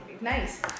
Nice